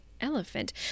elephant